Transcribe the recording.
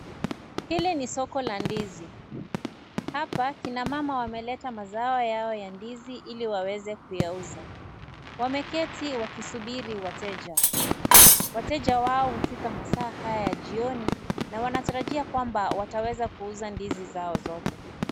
Hili ni soko la ndizi, hapa kina mama wameleta mazao yao ndizi ili waweze kuyauza. Wameketi wakisubiri wateja, wateja wao hufika masaa haya ya jioni na wanatarajia kwamba wataweza kuuza ndizi zao zote.